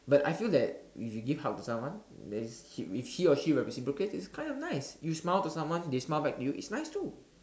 but I feel that if you give hug to someone then if he or she will will reciprocate it's kind of nice you smile to someone they smile back to you it's nice too